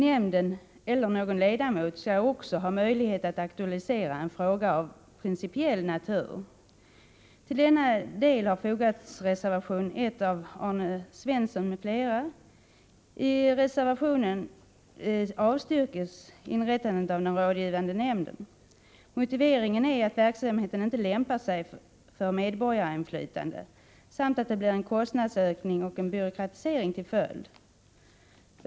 Nämnden eller någon ledamot skall också ha möjlighet att aktualisera en fråga av principiell natur. Till denna del har fogats reservation nr 1 av Arne Svensson m.fl. I reservationen avstyrks inrättandet av en rådgivande nämnd. Motiveringen är att verksamheten inte lämpar sig för medborgarinflytande samt att det blir kostnadsökning och byråkratisering till följd.